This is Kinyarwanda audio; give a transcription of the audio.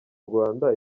rwanda